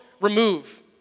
remove